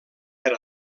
per